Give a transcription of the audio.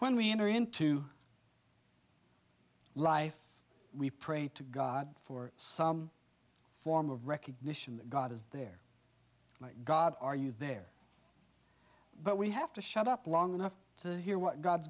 when we enter into life we pray to god for some form of recognition that god is there god are you there but we have to shut up long enough to hear what god's